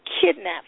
kidnapped